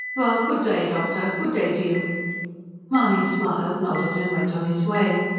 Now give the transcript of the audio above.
well, good-day, doctor, good-day to you! mahony smiled, nodded and went on his way.